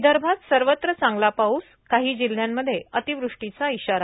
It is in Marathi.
विदर्भात सर्वत्र चांगला पाऊस काही जिल्ह्यांमध्ये अतिवृष्टीचा इशारा